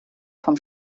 vom